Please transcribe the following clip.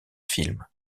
film